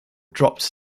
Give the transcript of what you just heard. dropped